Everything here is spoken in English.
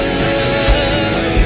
love